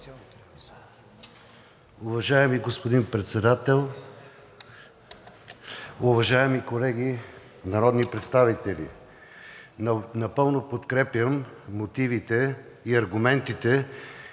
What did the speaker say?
Уважаеми господин Председател, уважаеми колеги народни представители! Напълно подкрепям мотивите и аргументите,